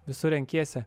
visur renkiesi